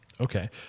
Okay